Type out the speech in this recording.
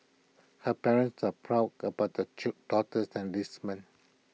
her parents are proud about the daughter's enlistment